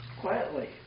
quietly